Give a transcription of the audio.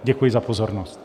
Děkuji za pozornost.